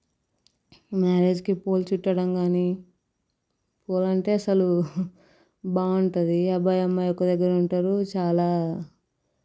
మ్యారేజ్కి పూలు చుట్టడం కానీ పూలు అంటే అసలు బాగుంటుంది అబ్బాయి అమ్మాయిఒక దగ్గర ఉంటారు చాలా